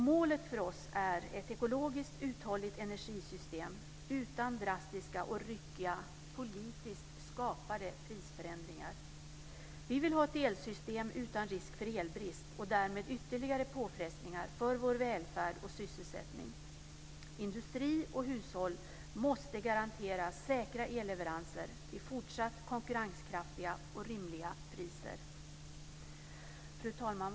Målet för oss är ett ekologiskt uthålligt energisystem utan drastiska och ryckiga politiskt skapade prisförändringar. Vi vill ha ett elsystem utan risk för elbrist och därmed ytterligare påfrestningar för vår välfärd och sysselsättning. Industri och hushåll måste garanteras säkra elleveranser till fortsatt konkurrenskraftiga och rimliga priser. Fru talman!